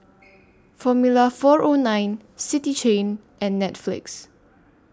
Formula four O nine City Chain and Netflix